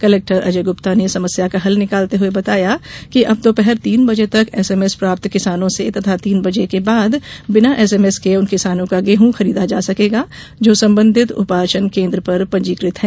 collector Ajay Gupta ने समस्या का हल निकालते हुए बताया कि अब दोपहर तीन बजे तक एसएमएस प्राप्त किसानों से तथा तीन बजे बाद बिना एसएमएस के उन किसानों का गेंहूँ खरीदा जा सकेगा जो संबंधित उपार्जन केन्द्र पर पंजीकृत है